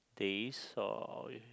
days or